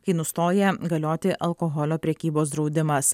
kai nustoja galioti alkoholio prekybos draudimas